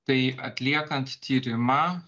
tai atliekant tyrimą